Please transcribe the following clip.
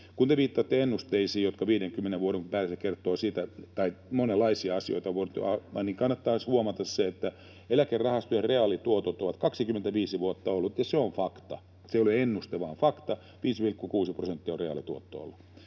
Kun te viittaatte ennusteisiin, jotka 50 vuoden päästä kertovat monenlaisia asioita, niin kannattaisi huomata se, että eläkerahastojen reaalituotot ovat 25 vuotta olleet — ja se ei ole ennuste vaan fakta — 5,6 prosenttia. Kaikissa